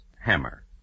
Hammer